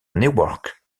newark